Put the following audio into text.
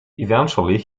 eventually